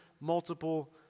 multiple